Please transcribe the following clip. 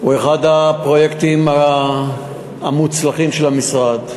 הוא אחד הפרויקטים המוצלחים של המשרד.